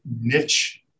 niche